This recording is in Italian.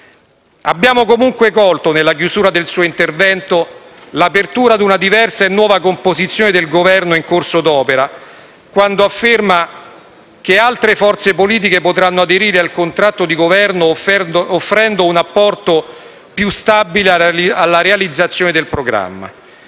presidente Conte, nella chiusura del suo intervento l'apertura a una diversa e nuova composizione del Governo in corso d'opera, quando afferma che altre forze politiche «potranno aderire successivamente al contratto di Governo, offrendo anche un apporto più stabile alla realizzazione del nostro programma».